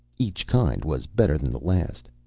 each kind was better than the last.